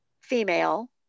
female